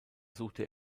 suchte